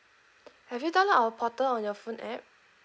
have you download our portal on your phone app